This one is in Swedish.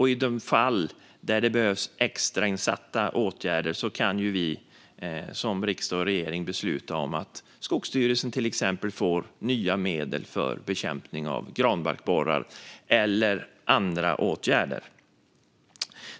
I de fall det behövs extrainsatta åtgärder kan vi som riksdag och regering besluta om att Skogsstyrelsen exempelvis kan få nya medel för bekämpning av granbarkborrar eller för andra åtgärder.